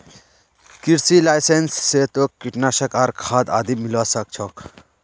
कृषि लाइसेंस स तोक कीटनाशक आर खाद आदि मिलवा सख छोक